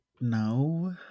no